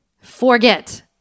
Forget